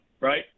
right